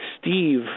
Steve